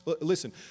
Listen